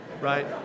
right